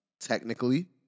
technically